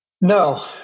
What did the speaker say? No